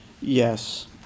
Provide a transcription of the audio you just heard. Yes